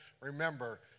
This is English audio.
remember